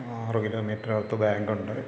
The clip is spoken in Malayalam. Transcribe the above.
ആറ് കിലോമീറ്ററ് അകത്ത് ബാങ്കുണ്ട്